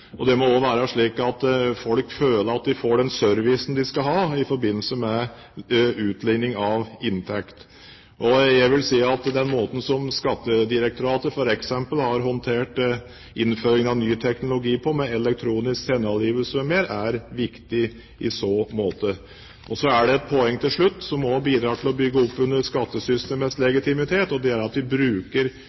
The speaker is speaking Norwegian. og det må også være slik at folk føler at de får den servicen de skal ha i forbindelse med utligning av inntekt. Jeg vil si at den måten som Skattedirektoratet f.eks. har håndtert innføring av ny teknologi på, med elektronisk selvangivelse m.m., er viktig i så måte. Til slutt et poeng som også bidrar til å bygge opp under skattesystemets legitimitet, og det er at vi bruker